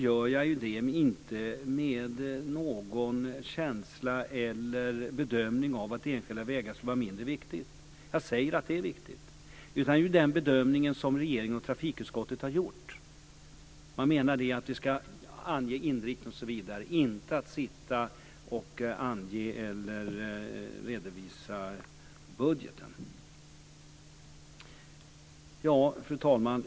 gör jag inte det med någon känsla eller bedömning av att enskilda vägar skulle vara mindre viktiga. Jag säger att de är viktiga. Detta är den bedömning som regeringen och trafikutskottet har gjort. Man menar att vi ska ange inriktning osv. Vi ska inte sitta och redovisa budgeten. Fru talman!